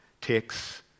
takes